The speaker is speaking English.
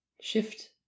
Shift